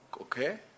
Okay